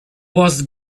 was